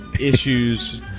issues